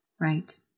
Right